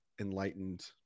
enlightened